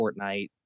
Fortnite